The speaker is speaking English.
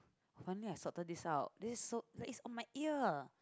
finally i sorted this out this is so that is on my ear